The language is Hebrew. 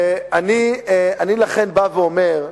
לכן, אני בא ואומר,